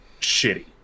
shitty